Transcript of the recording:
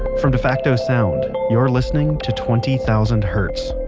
from defacto sound, you're listening to twenty thousand hertz.